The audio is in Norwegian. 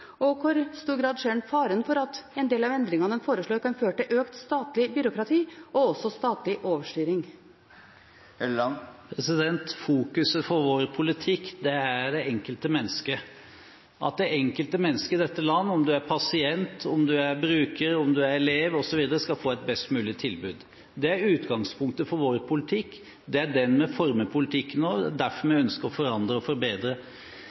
i hvor stor grad ser en faren for at en del av endringene en foreslår, kan føre til økt statlig byråkrati og også statlig overstyring? Fokuset for vår politikk er det enkelte mennesket – at det enkelte mennesket i dette land, om man er pasient, om man er bruker, om man er elev, osv., skal få et best mulig tilbud. Det er utgangspunktet for vår politikk, det er det vi former politikken rundt, og det er derfor vi ønsker å forandre og forbedre.